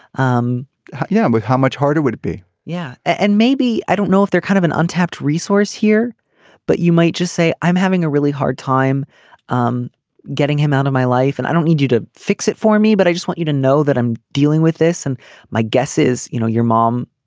um yeah. how much harder would it be. yeah and maybe i don't know if they're kind of an untapped resource here but you might just say i'm having a really hard time um getting him out of my life and i don't need you to fix it for me but i just want you to know that i'm dealing with this and my guess is you know your mom.